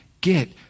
get